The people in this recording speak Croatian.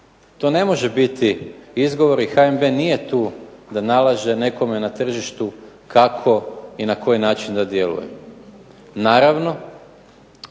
To ne može biti izgovor i HNB nije tu da nalaže nekome na tržištu kako i na koji način da djeluje.